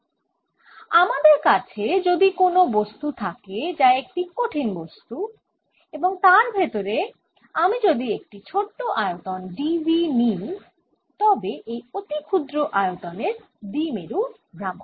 সুতরাং আমার কাছে যদি কোনও বস্তু থাকে যা একটি কঠিন বস্তু এবং তার ভেতরে আমি যদি একটি ছোট আয়তন dv নিই তবে এই অতি ক্ষুদ্র আয়তনের দ্বিমেরু ভ্রামক